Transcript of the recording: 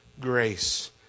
grace